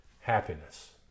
happiness